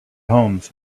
homes